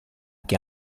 che